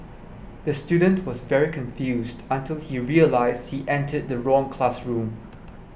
the student was very confused until he realised he entered the wrong classroom